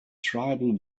tribal